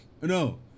No